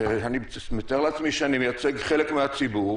ואני מתאר לעצמי שאני מייצג חלק מהציבור